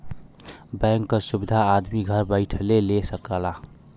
bank क सुविधा आदमी घर बैइठले ले सकला